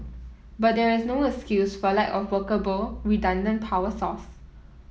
but there is no excuse for lack of workable redundant power source